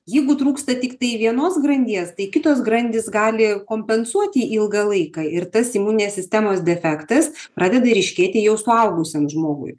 jeigu trūksta tiktai vienos grandies tai kitos grandys gali kompensuoti ilgą laiką ir tas imuninės sistemos defektas pradeda ryškėti jau suaugusiam žmogui